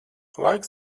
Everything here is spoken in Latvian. laiks